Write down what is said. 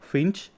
Finch